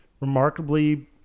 remarkably